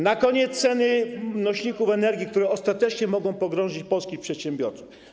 Na koniec wspomnę o cenach nośników energii, które ostatecznie mogą pogrążyć polskich przedsiębiorców.